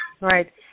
Right